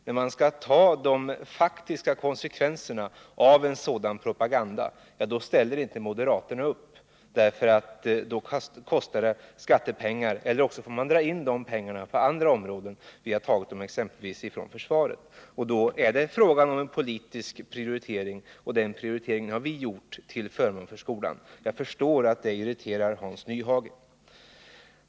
När de skall ta de faktiska konsekvenserna av en sådan propaganda ställer inte moderaterna upp. Då kostar det skattepengar eller också får man styra pengarna till skolan från andra områden. Vi har tagit dem exempelvis från försvaret. Då är det fråga om en politisk prioritering, och den prioriteringen har vi gjort till förmån för skolan. Jag förstår att det irriterar Hans Nyhage.